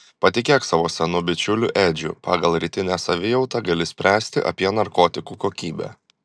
patikėk savo senu bičiuliu edžiu pagal rytinę savijautą gali spręsti apie narkotikų kokybę